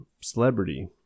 celebrity